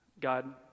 God